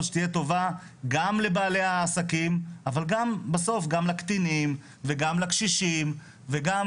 שתהיה טובה גם לבעלי העסקים אבל בסוף גם לקטינים וגם לקשישים וגם